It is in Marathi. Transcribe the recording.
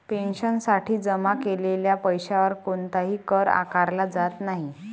पेन्शनसाठी जमा केलेल्या पैशावर कोणताही कर आकारला जात नाही